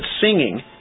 singing